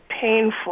painful